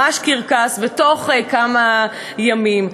ממש קרקס בתוך כמה ימים.